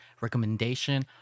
recommendation